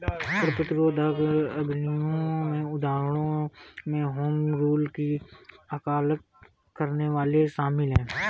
कर प्रतिरोध अभियानों के उदाहरणों में होम रूल की वकालत करने वाले शामिल हैं